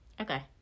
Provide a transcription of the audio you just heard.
okay